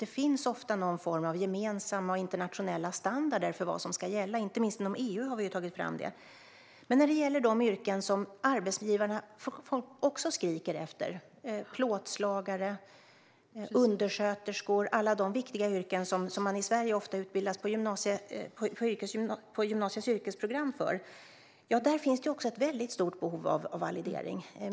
Det finns ofta någon form av gemensamma och internationella standarder för vad som ska gälla. Inte minst inom EU har sådana tagits fram. Men när det gäller sådana yrken som arbetsgivarna också skriker efter, till exempel plåtslagare och undersköterskor, alla de viktiga yrken som man i Sverige ofta utbildas till på gymnasiets yrkesprogram, finns även här ett stort behov av validering.